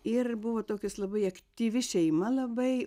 ir buvo tokios labai aktyvi šeima labai